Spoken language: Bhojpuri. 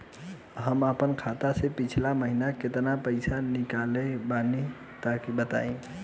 हम आपन खाता से पिछला महीना केतना पईसा निकलने बानि तनि बताईं?